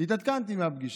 התעדכנתי על הפגישה,